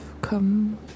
come